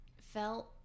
felt